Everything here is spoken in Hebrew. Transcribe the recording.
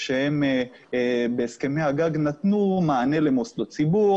שהם בהסכמי הגג נתנו מענה למוסדות ציבור,